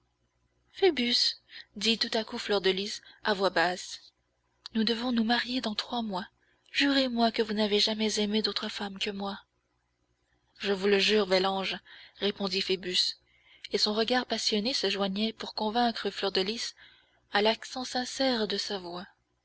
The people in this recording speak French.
phoebus dit tout à coup fleur de lys à voix basse nous devons nous marier dans trois mois jurez-moi que vous n'avez jamais aimé d'autre femme que moi je vous le jure bel ange répondit phoebus et son regard passionné se joignait pour convaincre fleur de lys à l'accent sincère de sa voix